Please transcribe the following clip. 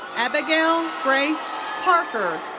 abigail grace parker.